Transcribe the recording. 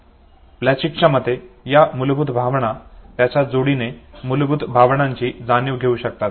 प्लचिकच्या मते या मूलभूत भावना त्यांच्या जोडीने अजून भावनांची जाणीव देऊ शकतात